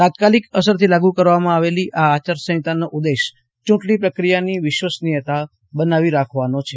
તાત્કાલિક અસરથી લાગુ કરવામાં આવેલી આ આચારસંહિતાનો ઉદ્દેશ્ય ચૂંટજી પ્રક્રિયાની વિશ્વસનીયતા બનાવી રાખવાનો છે